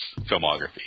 filmography